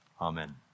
Amen